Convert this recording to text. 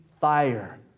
fire